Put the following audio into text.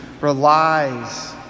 relies